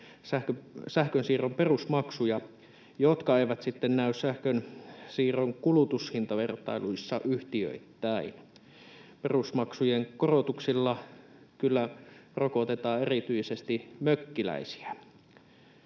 sähkönsiirron perusmaksuja, jotka eivät sitten näy sähkönsiirron kulutushintavertailuissa yhtiöittäin. Perusmaksujen korotuksilla kyllä rokotetaan erityisesti mökkiläisiä.